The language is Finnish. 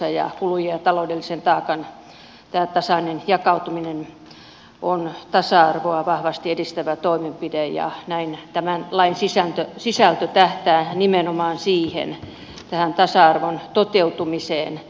kulujen ja taloudellisen taakan tasainen jakautuminen on tasa arvoa vahvasti edistävä toimenpide ja näin tämän lain sisältö tähtää nimenomaan tähän tasa arvon toteutumiseen